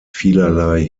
vielerlei